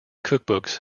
cookbooks